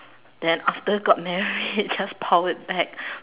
then after got married just powered back